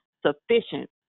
sufficient